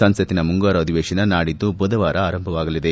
ಸಂಸತ್ತಿನ ಮುಂಗಾರು ಅಧಿವೇಶನ ನಾಡಿದ್ದು ಬುಧವಾರ ಆರಂಭವಾಗಲಿದೆ